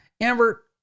Amber